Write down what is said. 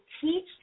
teach